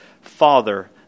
Father